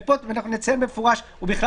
ופה אנחנו נציין במפורש "ובכלל